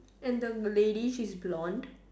and the lady she's blonde